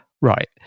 right